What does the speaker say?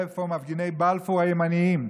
איפה מפגיני בלפור הימנים.